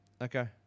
okay